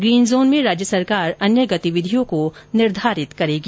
green zone में राज्य सरकार अन्य गतिविधियों को निर्धारित करेगी